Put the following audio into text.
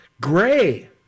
gray